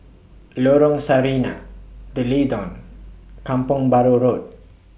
Lorong Sarina D'Leedon Kampong Bahru Road